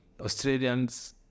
Australians